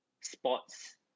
sports